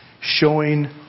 showing